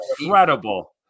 incredible